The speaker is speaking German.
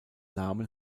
namen